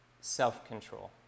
self-control